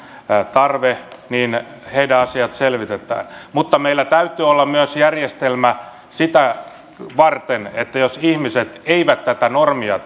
tarve asiat selvitetään mutta meillä täytyy olla myös järjestelmä sitä varten että jos ihmiset eivät tätä normia